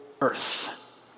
earth